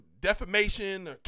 Defamation